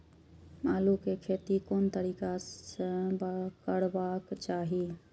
आलु के खेती कोन तरीका से करबाक चाही?